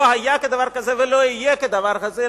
לא היה כדבר הזה ולא יהיה כדבר הזה,